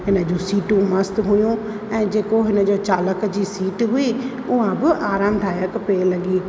हिन जूं सीटूं मस्तु हुयूं ऐं जेको हुन जो चालक जी सीट हुई उहा बि आरामुदाइकु पई लॻे